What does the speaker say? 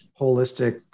holistic